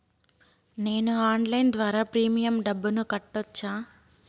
నేను ఆన్లైన్ ద్వారా ప్రీమియం డబ్బును కట్టొచ్చా?